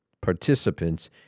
participants